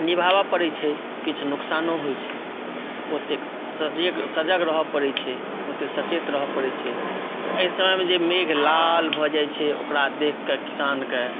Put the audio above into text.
निभाबऽ परै छै किछु नुकसानो होइ छै ओतेक सजग रहऽ परै छै ओतय सचेत रहय परै छै एहि समयमे जे मेघ लाल भऽ जाइ छै ओकरा देखकऽ किसानके